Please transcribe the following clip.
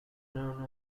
known